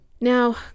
Now